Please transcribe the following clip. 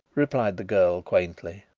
replied the girl quaintly,